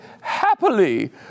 happily